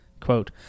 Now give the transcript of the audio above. quote